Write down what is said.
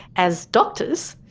as doctors,